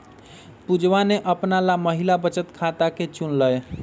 पुजवा ने अपना ला महिला बचत खाता के चुन लय